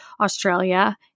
Australia